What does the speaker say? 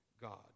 God